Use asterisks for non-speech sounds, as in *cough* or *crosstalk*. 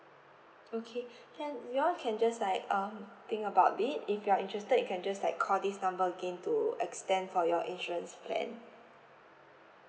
okay *breath* then you all can just like um think about it if you're interested you can just like call this number again to extend for your insurance plan